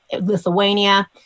Lithuania